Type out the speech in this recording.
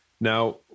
Now